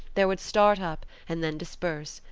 there would start up, and then disperse,